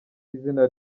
izina